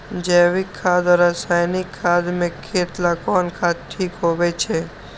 जैविक खाद और रासायनिक खाद में खेत ला कौन खाद ठीक होवैछे?